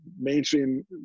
mainstream